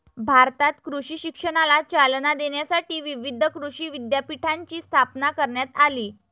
भारतात कृषी शिक्षणाला चालना देण्यासाठी विविध कृषी विद्यापीठांची स्थापना करण्यात आली